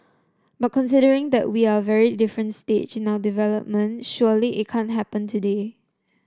but considering that we are very different stage in our development surely it can't happen today